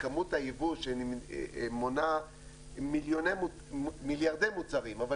כמות היבוא שמונה מיליארדי מוצרים אבל